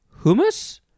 hummus